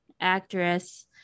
actress